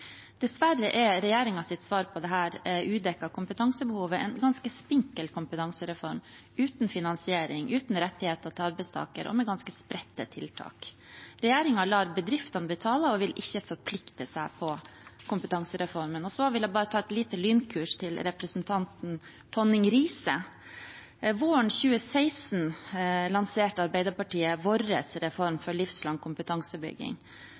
Dessverre er regjeringens svar på dette udekkede kompetansebehovet en ganske spinkel kompetansereform uten finansiering og uten rettigheter til arbeidstaker og med ganske spredte tiltak. Regjeringen lar bedriftene betale og vil ikke forplikte seg på kompetansereformen. Jeg vil bare gi et lite lynkurs til representanten Tonning Riise: Våren 2016 lanserte Arbeiderpartiet sin reform for livslang kompetansebygging.